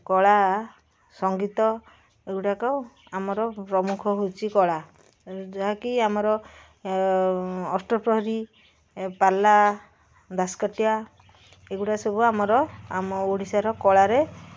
କଳା ସଂଗୀତ ଏଗୁଡ଼ାକ ଆମର ପ୍ରମୁଖ ହେଉଛି କଳା ଯାହାକି ଆମର ଅଷ୍ଟପ୍ରହରୀ ପାଲା ଦାସକାଠିଆ ଏଗୁଡ଼ା ସବୁ ଆମର ଆମ ଓଡ଼ିଶାର କଳାରେ